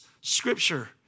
scripture